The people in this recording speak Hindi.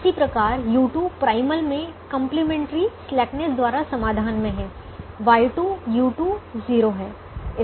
इसी तरह u2 प्राइमल में कंप्लीमेंट्री स्लैकनेस द्वारा समाधान में है Y2 u2 0 है